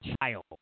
child